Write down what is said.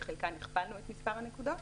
בחלקן הכפלנו את מספר הנקודות,